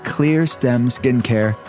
ClearStemSkincare